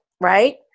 right